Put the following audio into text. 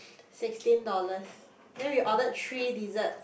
sixteen dollars then we ordered three desserts